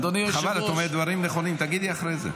חבל, את אומרת דברים נכונים, תגידי אחרי זה.